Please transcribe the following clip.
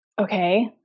okay